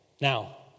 Now